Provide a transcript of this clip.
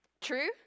true